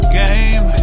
game